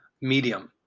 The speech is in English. medium